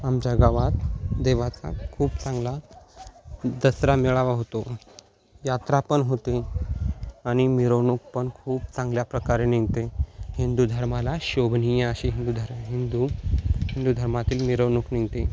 आमच्या गावात देवाचा खूप चांगला दसरा मेळावा होतो यात्रा पण होते आणि मिरवणूक पण खूप चांगल्या प्रकारे निघते हिंदू धर्माला शोभनीय अशी हिंदू धर हिंदू हिंदू धर्मातील मिरवणूक निघते